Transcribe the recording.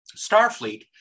Starfleet